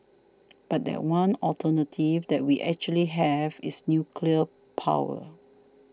but that one alternative that we actually have is nuclear power